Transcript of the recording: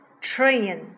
Train